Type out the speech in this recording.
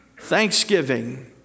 thanksgiving